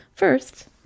first